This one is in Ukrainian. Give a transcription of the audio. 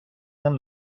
ним